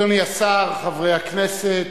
אדוני השר, חברי הכנסת,